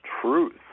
truth